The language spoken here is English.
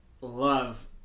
love